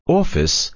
office